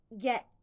get